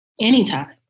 anytime